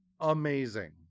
amazing